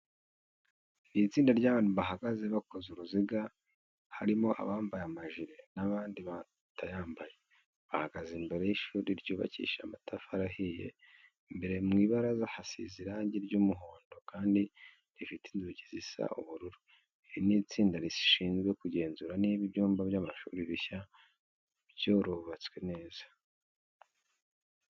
Ni itsinda ry'abantu bahagaze bakoze uruziga, harimo abambaye amajire n'abandi batayambaye. Bahagaze imbere y'ishuri ryubakishije amatafari ahiye, imbere mu ibaraza hasize irange ry'umuhondo kandi rifite inzugi zisa ubururu. Iri ni itsinda rishizwe kugenzura niba ibyumba by'amashuri bishya byurubatswe neza.